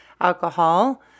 alcohol